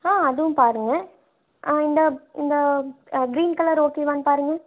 ஆ அதுவும் பாருங்கள் ஆ இந்தப் இந்த க க்ரீன் கலர் ஓகேவான்னு பாருங்கள்